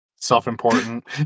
Self-important